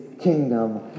kingdom